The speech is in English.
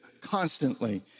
constantly